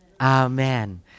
Amen